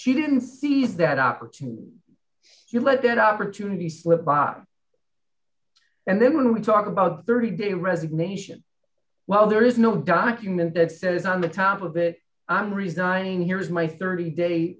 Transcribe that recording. she didn't seize that opportunity you let that opportunity slip by and then when we talk about the thirty day resignation well there is no document that says on the top of it i'm resigning here's my thirty day